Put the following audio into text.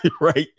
right